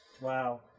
Wow